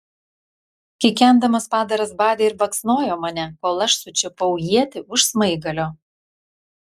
kikendamas padaras badė ir baksnojo mane kol aš sučiupau ietį už smaigalio